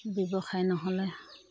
ব্যৱসায় নহ'লে